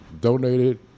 donated